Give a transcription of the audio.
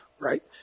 right